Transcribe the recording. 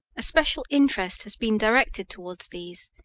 a special interest has been directed towards these,